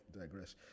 digress